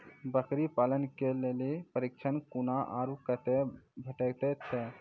बकरी पालन के लेल प्रशिक्षण कूना आर कते भेटैत छै?